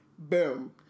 boom